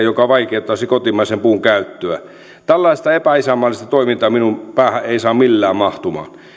joka vaikeuttaisi kotimaisen puun käyttöä tällaista epäisänmaallista toimintaa minun päähäni ei saa millään mahtumaan